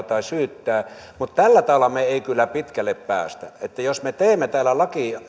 tai syyttää mutta tällä tavalla me emme kyllä pitkälle pääse jos me teemme täällä lakeja